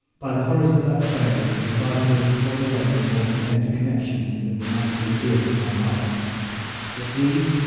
by the horrors of that trade was i first torn away from all the tender connexions that were naturally dear to my heart but these,